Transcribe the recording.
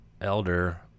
Elder